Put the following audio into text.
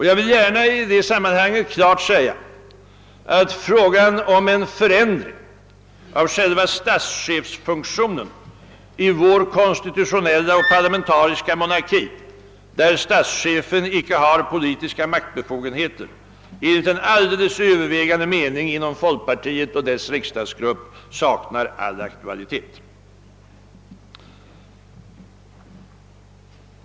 Jag vill i det sammanhanget klart säga att frågan om en förändring av själva statschefens funktion i vår konstitutionella och parlamentariska demokrati, där statschefen icke har politiska maktbefogenheter, enligt en övervägande mening inom folkpartiet och dess riksdagsgrupp saknar all aktualitet.